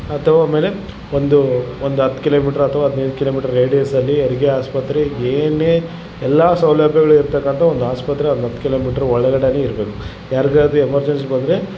ಅಥವಾ ಆಮೇಲೆ ಒಂದು ಒಂದು ಹತ್ತು ಕಿಲೋಮೀಟ್ರ್ ಅಥ್ವ ಹದಿನೈದು ಕಿಲೋಮೀಟ್ರ್ ರೆಡಿಯಸಲ್ಲಿ ಹೆರಿಗೆ ಆಸ್ಪತ್ರೆ ಏನೇ ಎಲ್ಲ ಸೌಲಭ್ಯಗಳು ಇರ್ತಕ್ಕಂಥ ಒಂದು ಆಸ್ಪತ್ರೆ ಒಂದು ಹತ್ತು ಕಿಲೋಮೀಟ್ರ್ ಒಳಗಡೆ ಇರಬೇಕು ಯಾರಿಗಾದ್ರು ಎಮರ್ಜೆನ್ಸಿ ಬಂದರೆ